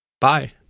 Bye